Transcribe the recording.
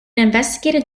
investigative